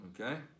Okay